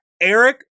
Eric